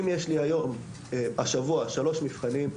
אם יש לי השבוע שלושה מבחנים,